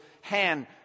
hand